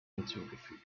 hinzugefügt